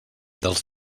dels